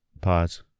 pause